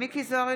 מכלוף מיקי זוהר,